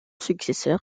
successeur